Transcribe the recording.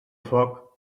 foc